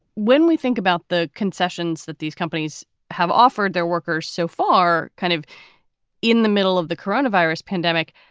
when we think about the concessions that these companies have offered their workers so far, kind of in the middle of the coronavirus pandemic.